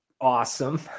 awesome